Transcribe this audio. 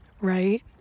right